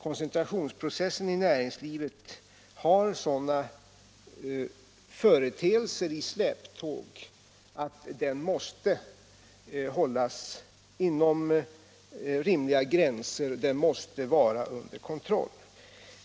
Den har sådana företeelser i släptåg att den måste hållas inom rimliga gränser, måste vara under kontroll.